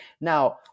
Now